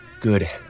Good